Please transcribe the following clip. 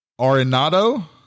Arenado